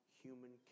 human